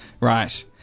Right